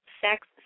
Sex